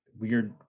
weird